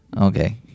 okay